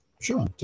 sure